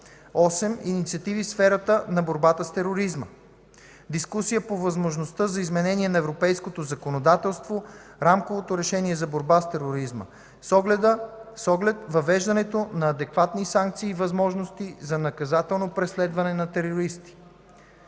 8. Инициативи в сферата на борбата с тероризма: - дискусия по възможността за изменение на европейското законодателство (Рамковото решение за борба с тероризма) с оглед въвеждането на адекватни санкции и възможности за наказателно преследване на терористи;